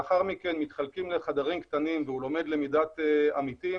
לאחר מכן מתחלקים לחדרים קטנים והוא לומד למידת עמיתים.